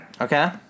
Okay